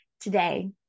Today